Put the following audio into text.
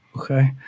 okay